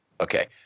okay